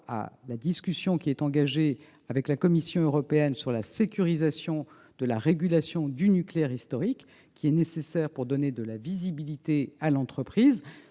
une discussion est engagée avec la Commission européenne sur la sécurisation de la régulation du nucléaire historique. Une telle régulation est nécessaire pour donner de la visibilité à l'entreprise